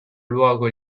luogo